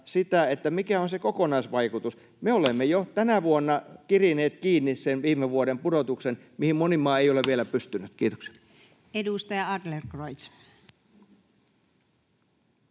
sitä, mikä on se kokonaisvaikutus? Me olemme jo tänä vuonna kirineet kiinni sen viime vuoden pudotuksen, mihin moni maa ei ole vielä pystynyt. — Kiitoksia. [Speech